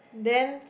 then